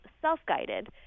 self-guided